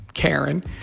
Karen